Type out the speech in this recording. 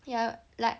ya like